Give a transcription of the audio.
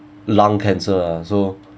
lung cancer ah so